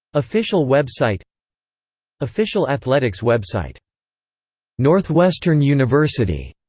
official website official athletics website northwestern university.